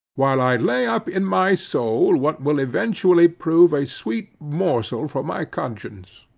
while i lay up in my soul what will eventually prove a sweet morsel for my conscience.